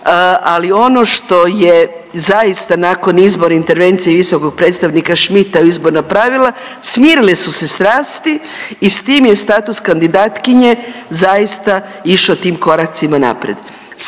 ali ono što je zaista nakon izbora intervencije visokog predstavnika Schmidta u izborna pravila, smirile su se strasti i s tim je status kandidatkinje zaista išao tim koracima naprijed.